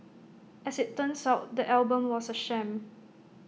as IT turns out the album was A sham